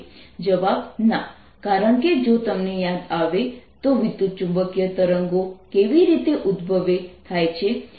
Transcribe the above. જવાબ ના કારણ કે જો તમને યાદ આવે તો વિદ્યુતચુંબકીય તરંગો કેવી રીતે ઉદભવે થાય છે